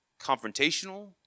confrontational